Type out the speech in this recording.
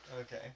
Okay